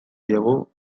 diegu